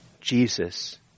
Jesus